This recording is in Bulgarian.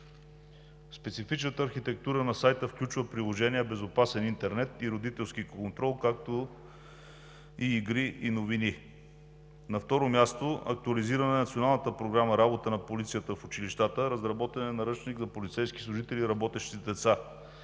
Специфичната архитектура на сайта включва Приложение „Безопасен интернет и родителски контрол“, както и игри, и новини. На второ място, актуализирана е Националната програма „Работа на полицията в училищата“, разработен е Наръчник за полицейски служители, работещи с деца.